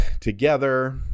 together